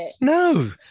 No